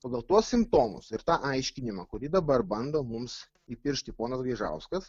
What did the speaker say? pagal tuos simptomus ir tą aiškinimą kurį dabar bando mums įpiršti ponas gaižauskas